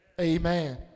Amen